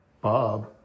Bob